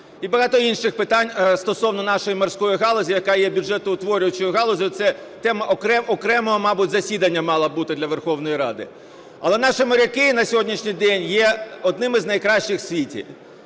і багато інших питань стосовно нашої морської галузі, яка є бюджетоутворюючою галуззю. Це тема окремого, мабуть, засідання мала б бути для Верховної Ради. Але наші моряки на сьогоднішній день є одними з найкращих в світі.